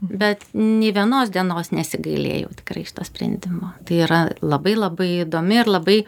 bet nė vienos dienos nesigailėjau tikrai šito sprendimo tai yra labai labai įdomi ir labai